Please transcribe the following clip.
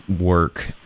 work